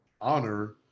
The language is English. honor